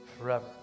forever